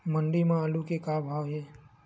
मंडी म आलू के का भाव हे?